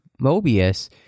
Mobius